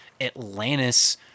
atlantis